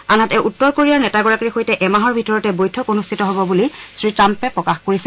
আনহাতে উত্তৰ কোৰিয়াৰ নেতাগৰাকীৰ সৈতে এমাহৰ ভিতৰতে বৈঠক অনুষ্ঠিত হব বুলি শ্ৰীটাম্পে প্ৰকাশ কৰিছে